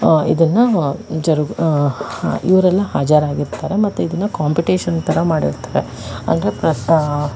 ಇದನ್ನ ಜರುಗ್ ಇವರೆಲ್ಲ ಹಾಜರಾಗಿರ್ತಾರೆ ಮತ್ತೆ ಇದನ್ನು ಕಾಂಪಿಟೇಷನ್ ಥರ ಮಾಡಿರ್ತಾರೆ ಅಂದರೆ ಪ್ರ